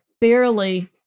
barely